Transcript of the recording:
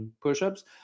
push-ups